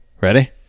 Ready